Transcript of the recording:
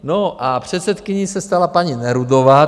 No a předsedkyní se stala paní Nerudová.